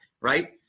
right